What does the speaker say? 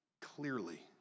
clearly